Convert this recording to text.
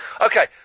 Okay